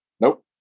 Nope